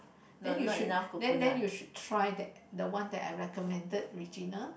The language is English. then you should then then you should try that the one I recommended Regina